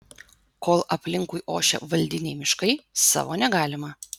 kol aplinkui ošia valdiniai miškai savo negalima